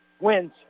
wins